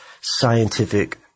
scientific